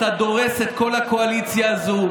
אתה דורס את כל הקואליציה הזו,